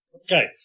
Okay